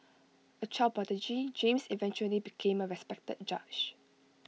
A child prodigy James eventually became A respected judge